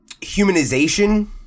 humanization